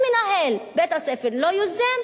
אם מנהל בית-הספר לא יוזם,